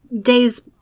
day's